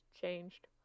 changed